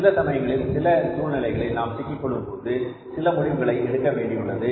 சில சமயங்களில் சில சூழ்நிலைகளில் நாம் சிக்கிக் கொள்ளும்போது சில முடிவுகளை எடுக்க வேண்டியுள்ளது